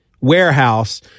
warehouse